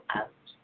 out